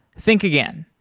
think again.